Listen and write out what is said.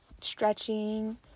stretching